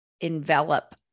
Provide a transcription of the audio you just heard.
envelop